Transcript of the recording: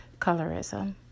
colorism